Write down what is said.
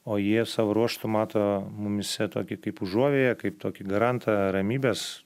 o jie savo ruožtu mato mumyse tokį kaip užuovėją kaip tokį garantą ramybės